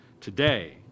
today